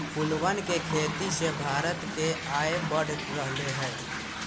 फूलवन के खेती से भारत के आय बढ़ रहले है